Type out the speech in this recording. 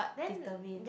determine